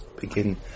begin